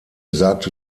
sagte